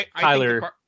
Tyler